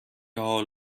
حال